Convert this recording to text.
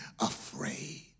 afraid